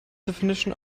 definition